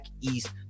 East